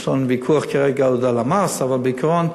יש לנו ויכוח כרגע על המס, אבל בעיקרון,